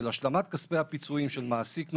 של השלמת כספי הפיצויים של מעסיק נורמטיבי,